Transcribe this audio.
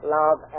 love